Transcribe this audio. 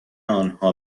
آنها